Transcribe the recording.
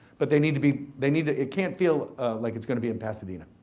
but they need to be, they need to. it can't feel like it's gonna be in pasadena.